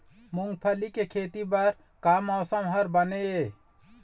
मूंगफली के खेती बर का मौसम हर बने ये?